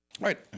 right